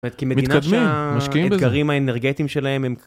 מתקדמים משקיעים בזה, בגלל שהאתגרים האנרגטיים שלהם.